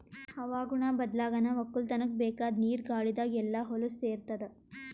ಹವಾಗುಣ ಬದ್ಲಾಗನಾ ವಕ್ಕಲತನ್ಕ ಬೇಕಾದ್ ನೀರ ಗಾಳಿದಾಗ್ ಎಲ್ಲಾ ಹೊಲಸ್ ಸೇರತಾದ